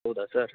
ಹೌದಾ ಸರ್